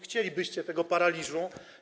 Chcielibyście tego paraliżu.